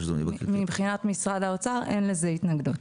מבחינת משרד האוצר אין לזה התנגדות.